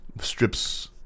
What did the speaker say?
strips